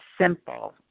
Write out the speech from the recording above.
simple